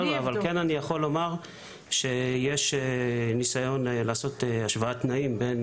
אני יכול לומר שיש ניסיון לעשות השוואת תנאים בין